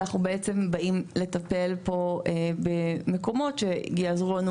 ואנחנו בעצם באים לטפל פה במקומות שיעזרו לנו